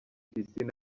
pisine